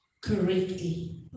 correctly